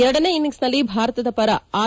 ಎರಡನೇ ಇನಿಂಗ್ಸ್ನಲ್ಲಿ ಭಾರತದ ಪರ ಆರ್